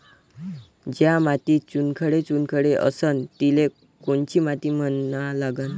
ज्या मातीत चुनखडे चुनखडे असन तिले कोनची माती म्हना लागन?